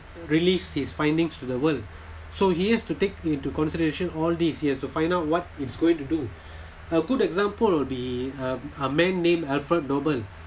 release his findings to the world so he has to take into consideration all these he has to find out what it's going to do a good example would be a a man named alfred nobel